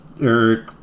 Eric